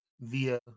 via